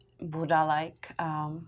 Buddha-like